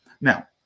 Now